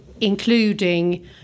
including